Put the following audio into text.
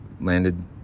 landed